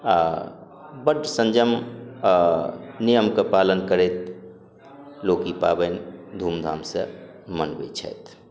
आ बड्ड संजम नियमके पालन करैत लोक ई पावनि धूमधामसँ मनबै छथि